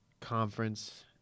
Conference